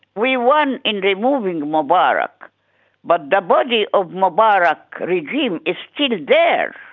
we won in removing mubarak but the body of mubarak regime is still there.